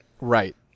Right